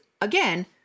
again